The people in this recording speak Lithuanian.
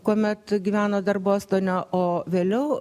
kuomet gyveno dar bostone o vėliau